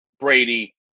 Brady